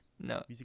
No